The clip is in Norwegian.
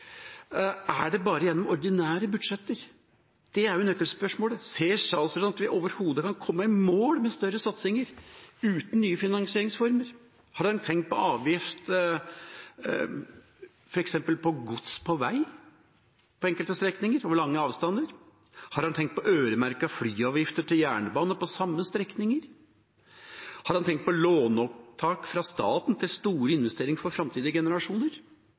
Er det bare gjennom ordinære budsjetter? Det er nøkkelspørsmålet. Ser statsråden at vi overhodet kan komme i mål med større satsinger uten nye finansieringsformer? Har han tenkt på avgift, f.eks. på gods på vei på enkelte strekninger, over lange avstander? Har han tenkt på øremerkede flyavgifter til jernbane på de samme strekningene? Har han tenkt på låneopptak fra staten til store investeringer for framtidige generasjoner?